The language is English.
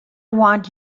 want